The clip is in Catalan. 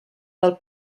del